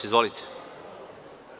Izvolite.